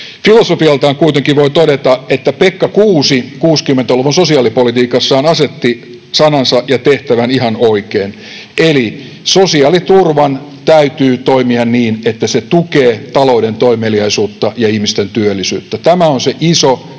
vastauksia. Kuitenkin voi todeta, että filosofialtaan Pekka Kuusi 60-luvun sosiaalipolitiikassaan asetti sanansa ja tehtävän ihan oikein: eli sosiaaliturvan täytyy toimia niin, että se tukee talouden toimeliaisuutta ja ihmisten työllisyyttä. Tämä on se iso